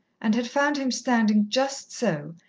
and had found him standing just so,